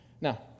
now